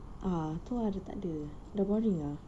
a'ah itu ah sudah tak ada sudah boring ah